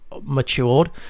matured